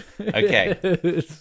Okay